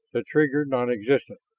the trigger nonexistent,